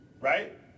right